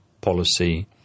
policy